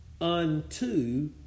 unto